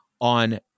on